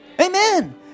amen